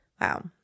Wow